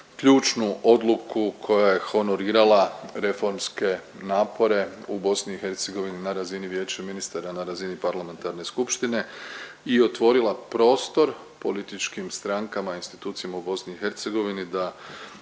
ključnu odluku koja je honorirala reformske napore u BiH na razini Vijeća ministara, na razini parlamentarne skupštine i otvorila prostore političkim strankama, institucijama u BiH da